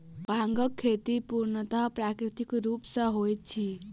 भांगक खेती पूर्णतः प्राकृतिक रूप सॅ होइत अछि